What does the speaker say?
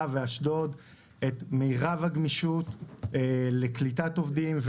ואשדוד את מרב הגמישות לקליטת עובדים,